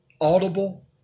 audible